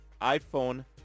iPhone